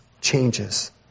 changes